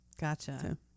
Gotcha